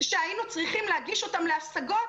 שהיינו צריכים להגיש אותם להשגות,